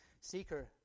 Seeker